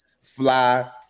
fly